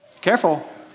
Careful